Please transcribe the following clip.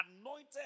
anointed